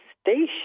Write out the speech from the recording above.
station